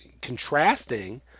contrasting